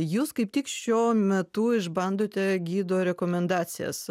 jūs kaip tik šiuo metu išbandote gido rekomendacijas